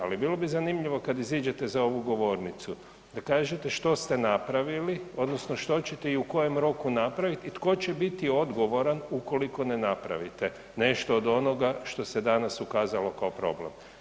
Ali bilo bi zanimljivo kada iziđete za ovu govornicu da kažete što ste napravili odnosno što ćete i u kojem roku napraviti i tko će biti odgovoran ukoliko ne napravite nešto od onoga što se danas ukazalo kao problem.